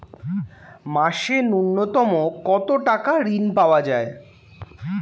মাসে নূন্যতম কত টাকা ঋণ পাওয়া য়ায়?